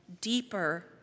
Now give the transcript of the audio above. deeper